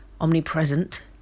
omnipresent